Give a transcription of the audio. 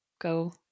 go